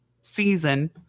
season